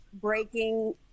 Breaking